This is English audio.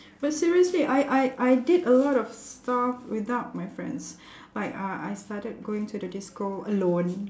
but seriously I I I did a lot of stuff without my friends like uh I started going to the disco alone